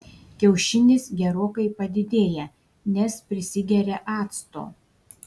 kiaušinis gerokai padidėja nes prisigeria acto